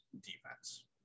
defense